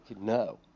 no